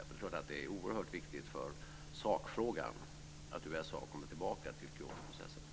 Det är klart att det är oerhört viktigt för sakfrågan att USA kommer tillbaka till Kyotoprocessen.